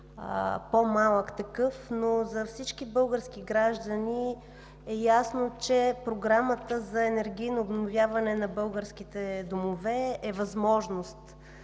по-малък такъв, но за всички български граждани е ясно, че Програмата за енергийно обновяване на българските домове е възможност